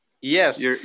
Yes